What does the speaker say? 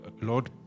lord